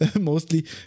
mostly